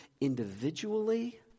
individually